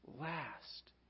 Last